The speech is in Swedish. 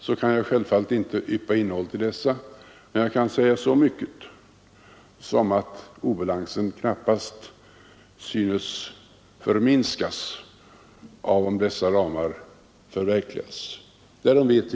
Jag kan självfallet inte yppa innehållet i dessa, men jag kan säga så mycket som att obalansen knappast synes komma att förminskas, om dessa ramar förverkligas.